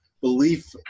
belief